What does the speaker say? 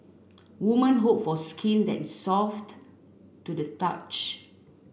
women hope for skin that is soft to the touch